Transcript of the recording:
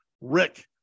Rick